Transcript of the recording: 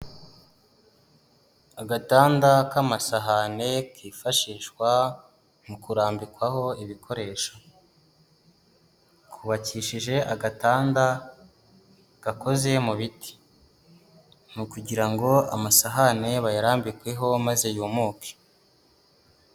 Agatanda k'amasahani kifashishwa mu kurambikwaho ibikoresho, kubakishije agatanda gakoze mu biti, ni ukugira ngo amasahane bayarambikeho maze yumuke.